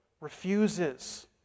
refuses